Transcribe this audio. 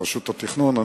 רשות התכנון,